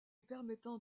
permettant